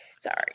Sorry